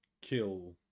kill